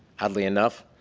oddly enough,